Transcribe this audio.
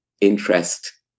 interest